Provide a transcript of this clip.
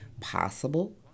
Possible